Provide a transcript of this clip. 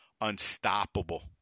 unstoppable